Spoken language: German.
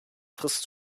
frist